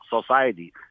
society